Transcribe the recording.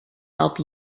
help